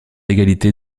égalité